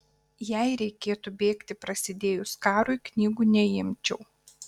jei reikėtų bėgti prasidėjus karui knygų neimčiau